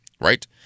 right